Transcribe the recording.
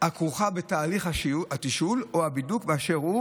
הכרוכה בתהליך התשאול או הבידוק באשר הוא.